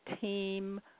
team